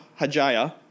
Hajaya